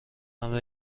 مبر